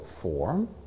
form